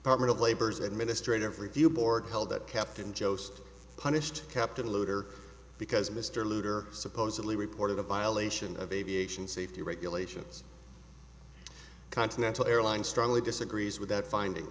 of labor's administrative review board held that captain joseph punished captain loader because mr lugar supposedly reported a violation of aviation safety regulations continental airlines strongly disagrees with that finding